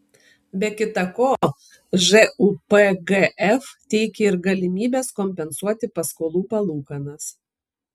be kita ko žūpgf teikia ir galimybes kompensuoti paskolų palūkanas